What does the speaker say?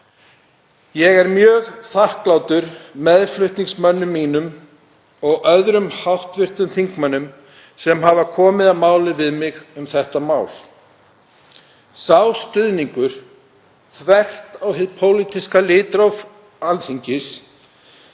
Ég er mjög þakklátur meðflutningsmönnum mínum og öðrum hv. þingmönnum sem komið hafa að máli við mig um þetta mál. Sá stuðningur, þvert á hið pólitíska litróf Alþingis,